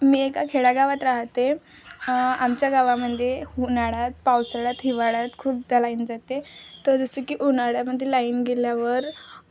मी एका खेड्यागावात राहते आमच्या गावामध्ये उन्हाळ्यात पावसाळ्यात हिवाळ्यात खूपदा लाईन जाते तर जसं की उन्हाळ्यामध्ये लाईन गेल्यावर